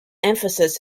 emphasis